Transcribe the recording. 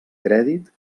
crèdit